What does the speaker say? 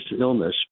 illness